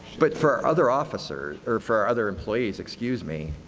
but for other officers or for other employees, excuse me,